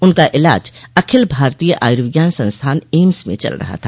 उनका इलाज अखिल भारतीय आयुर्विज्ञान संस्थान एम्स में चल रहा था